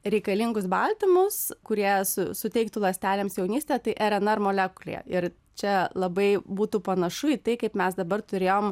reikalingus baltymus kurie su suteiktų ląstelėms jaunystę tai rnr molekulėje ir čia labai būtų panašu į tai kaip mes dabar turėjom